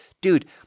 Dude